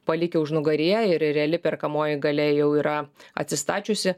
palikę užnugaryje ir reali perkamoji galia jau yra atsistačiusi